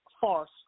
farce